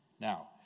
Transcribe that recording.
Now